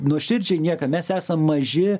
nuoširdžiai niekam mes esam maži